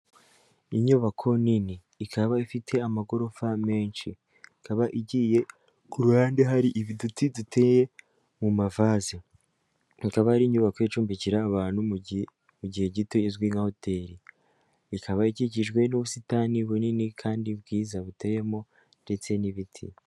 Inyubako nini ikaba ifite amagorofa menshi, ikaba igiye kuhande hari uduti duteye mu mavase tukaba ari inyubako icumbikira abantu mu gihe gito izwi nka hoteli ikaba ikikijwe n'ubusitani bunini kandi bwiza buteyemo ndetse n'ibiti.